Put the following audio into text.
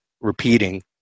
repeating